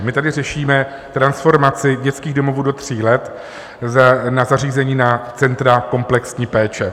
My tady řešíme transformaci dětských domovů do tří let na zařízení, na centra komplexní péče.